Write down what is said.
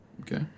Okay